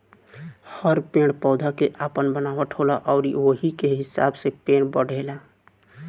हर पेड़ पौधा के आपन बनावट होला अउरी ओही के हिसाब से पेड़ बढ़ेला